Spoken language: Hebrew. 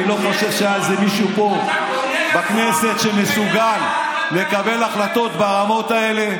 אני לא חושב שהיה אז מישהו פה בכנסת שמסוגל לקבל החלטות ברמות האלה,